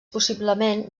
possiblement